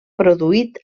produït